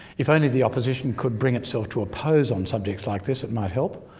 if only the opposition could bring itself to oppose on subjects like this, it might help.